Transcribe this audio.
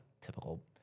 typical